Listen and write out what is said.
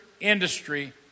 industry